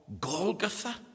Golgotha